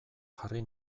jarri